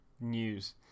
news